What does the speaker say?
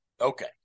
Okay